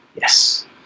yes